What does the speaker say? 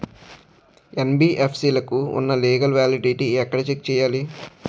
NBFC లకు ఉన్నా legal validity ఎక్కడ చెక్ చేయాలి?